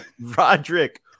Roderick